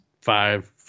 five